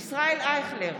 ישראל אייכלר,